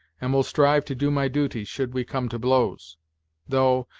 and will strive to do my duty, should we come to blows though,